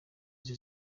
izi